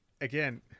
Again